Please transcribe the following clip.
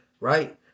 right